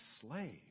slave